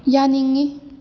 ꯌꯥꯅꯤꯡꯉꯤ